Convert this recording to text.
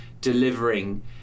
delivering